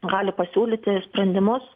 gali pasiūlyti sprendimus